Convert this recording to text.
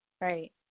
Right